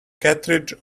cartridge